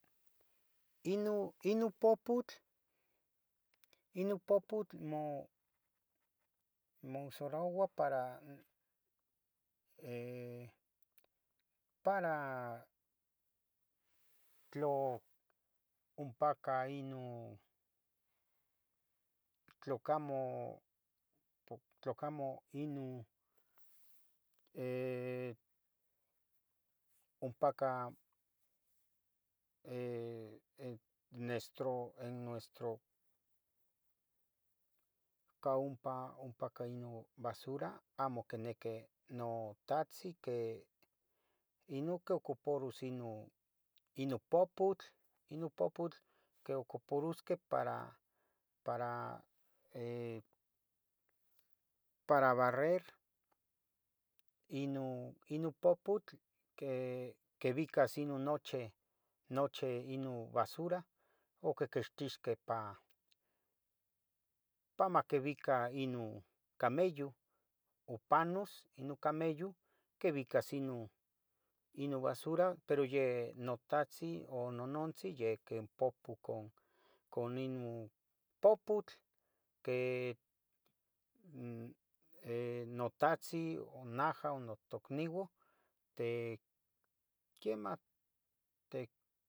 inun, inun poputl, inun poputl. mo- mousaroua para, eh, para tlo. ompacah inun tlocamo, pop, tlocamo. inun, eh ompacah eh nestro, eh, en nuestro ca. ompa ca inun basura, amo queneque. notahtzin que inun queocuparos inun. inun poputl, inun poputl, inun. poputl queocuparosque para, para eh,. para barrer, inun, inun poputl quevicas. inun noche, noche inu basura oh quequextisqueh. pa, pa maquivica inun camello oh panus inun camello quivicas inun,. inun basura, pero yeh notahtzin o. nonontzin yequen popu concon inun. poputl que notatzin, najah onotocniun. te, quiemah te